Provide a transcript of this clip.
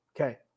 Okay